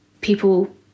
people